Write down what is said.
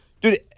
Dude